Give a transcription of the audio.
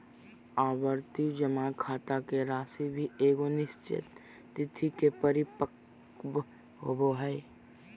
आवर्ती जमा खाता के राशि भी एगो निश्चित तिथि के परिपक्व होबो हइ